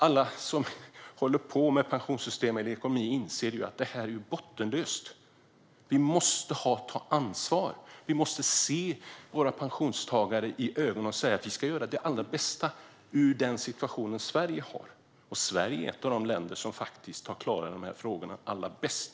Alla som håller på med pensionssystem eller ekonomi inser ju att detta är bottenlöst. Vi måste ta ansvar. Vi måste se våra pensionstagare i ögonen och säga att vi ska göra det allra bästa utifrån den situation Sverige har. Det ska också sägas att Sverige är ett av de länder som faktiskt har klarat dessa frågor allra bäst.